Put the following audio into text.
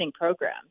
programs